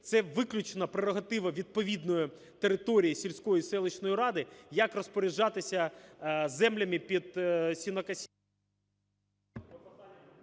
це виключно прерогатива відповідної території сільської, селищної ради, як розпоряджатися землями під сінокосіння…